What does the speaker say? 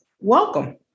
Welcome